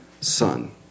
son